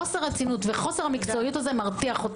חוסר הרצינות וחוסר המקצועיות הזה מרתיח אותי.